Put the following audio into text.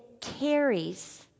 carries